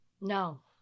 no